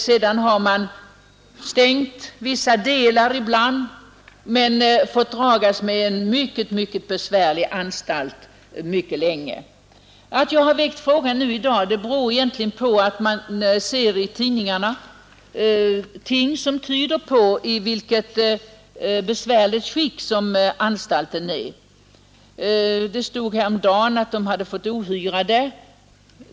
Sedan har man ibland stängt vissa delar men måst dragas med en synnerligen besvärlig anstalt mycket länge. Att jag har väckt frågan nu beror egentligen på att det av tidningarna framgår i vilket besvärligt skick anstalten befinner sig. Det stod häromdagen att de hade fått ohyra där.